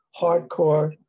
hardcore